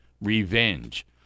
Revenge